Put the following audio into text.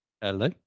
Hello